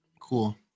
Cool